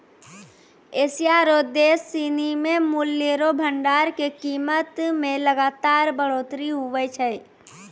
Asia रो देश सिनी मे मूल्य रो भंडार के कीमत मे लगातार बढ़ोतरी हुवै छै